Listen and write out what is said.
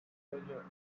treasure